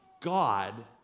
God